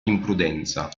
imprudenza